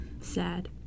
Sad